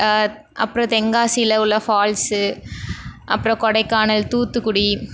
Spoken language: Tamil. அப்புறோம் தென்காசியில் உள்ள ஃபால்ஸ்ஸு அப்புறோம் கொடைக்கானல் தூத்துக்குடி